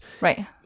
Right